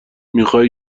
میخوای